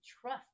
trust